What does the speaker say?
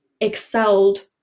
excelled